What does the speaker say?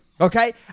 okay